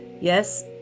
Yes